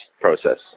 process